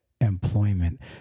employment